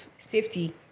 Safety